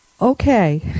Okay